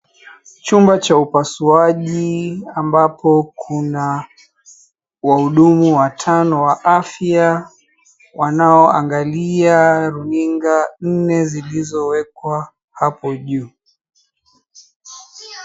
Chupa cha upasuaji ambapo kuna wahudumu watano wa afya, wanaoangalia runinga nne zilizoekwa hapo juu.